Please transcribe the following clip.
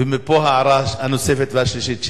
ומפה ההערה הנוספת והשלישית שלי,